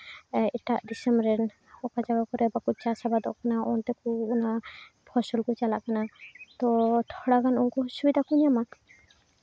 ᱮᱴᱟᱜ ᱫᱤᱥᱚᱢ ᱨᱮᱱ ᱚᱠᱟ ᱡᱟᱭᱜᱟ ᱠᱚᱨᱮᱜ ᱵᱟᱠᱚ ᱪᱟᱥ ᱟᱵᱟᱫᱚᱜ ᱠᱟᱱᱟ ᱚᱱᱛᱮ ᱠᱚ ᱚᱱᱟ ᱯᱷᱚᱥᱚᱞ ᱠᱚ ᱪᱟᱞᱟᱜ ᱠᱟᱱᱟ ᱛᱚ ᱛᱷᱚᱲᱟᱜᱟᱱ ᱩᱱᱠᱩ ᱦᱚᱸ ᱥᱩᱵᱤᱫᱟ ᱠᱚ ᱧᱟᱢᱟ